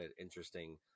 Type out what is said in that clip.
interesting